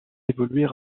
évoluer